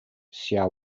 hsiao